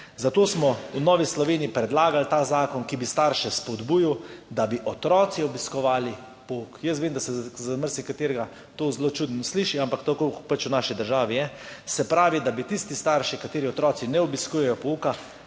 Zato smo v Novi Sloveniji predlagali ta zakon, ki bi starše spodbujal, da bi otroci obiskovali pouk. Jaz vem, da se za marsikaterega to zelo čudno sliši, ampak tako pač v naši državi je. Se pravi, da bi tisti starši, katerih normalno obiskujejo pouk,